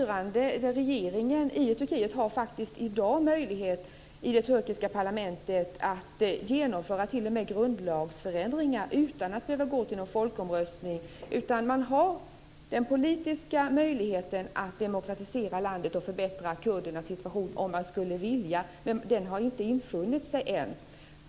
Regeringen i Turkiet har i dag faktiskt möjlighet att i det turkiska parlamentet genomföra t.o.m. grundlagsförändringar utan att behöva ha folkomröstning. Man har den politiska möjligheten att demokratisera landet och förbättra kurdernas situation om man skulle vilja. Men den viljan har inte infunnit sig än.